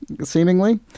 seemingly